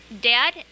Dad